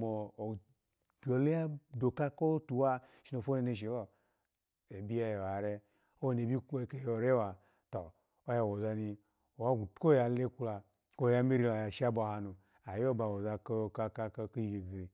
ko gbol onya odoka kotu wa sho pwo neneshi lo ebi yayo ya re. To oya woza ni kwo ya alekwu kwe oya amiri la oya shabwo aha nu, ayi wo ba woza kaka kiyi gigiri.